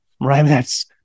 right